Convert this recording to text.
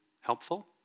helpful